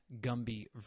Gumby